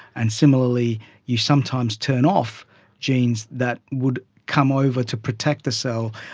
and similarly you sometimes turn off genes that would come over to protect the cell,